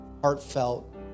heartfelt